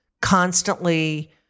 constantly